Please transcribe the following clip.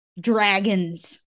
Dragons